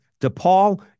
DePaul